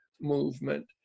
Movement